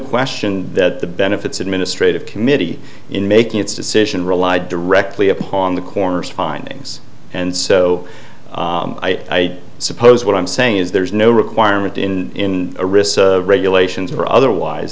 question that the benefits administrative committee in making its decision relied directly upon the coroner's findings and so i suppose what i'm saying is there is no requirement in a risk regulations or otherwise